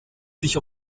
sich